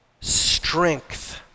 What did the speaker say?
strength